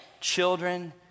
children